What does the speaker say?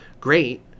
great